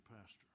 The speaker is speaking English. pastor